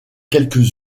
quelques